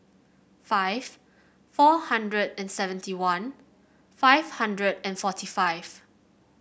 five four hundred and seventy one five hundred and forty five